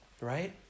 right